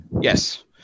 Yes